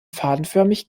fadenförmig